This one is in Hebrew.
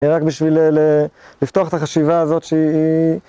רק בשביל לפתוח את החשיבה הזאת שהיא...